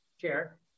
Chair